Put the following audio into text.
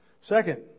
second